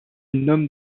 nomme